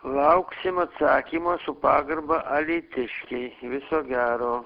lauksim atsakymo su pagarba alytiškiai viso gero